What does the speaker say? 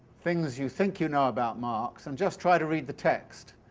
things you think you know about marx and just try to read the text,